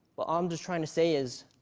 what i'm just trying to say is